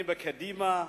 אני בקדימה,